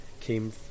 came